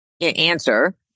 answer